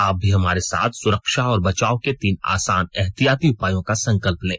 आप भी हमारे साथ सुरक्षा और बचाव के तीन आसान एहतियाती उपायों का संकल्प लें